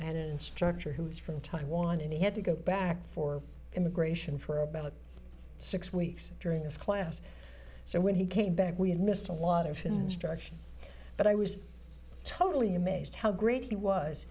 an instructor who is from taiwan and he had to go back for immigration for about six weeks during his class so when he came back we had missed a lot of instruction but i was totally amazed how great he was